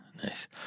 Nice